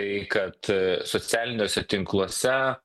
tai kad socialiniuose tinkluose